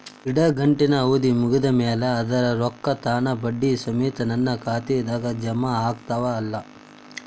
ಇಡಗಂಟಿನ್ ಅವಧಿ ಮುಗದ್ ಮ್ಯಾಲೆ ಅದರ ರೊಕ್ಕಾ ತಾನ ಬಡ್ಡಿ ಸಮೇತ ನನ್ನ ಖಾತೆದಾಗ್ ಜಮಾ ಆಗ್ತಾವ್ ಅಲಾ?